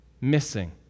missing